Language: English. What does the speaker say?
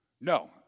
No